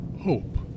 hope